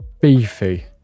beefy